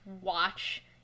watch